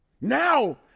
Now